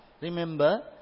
remember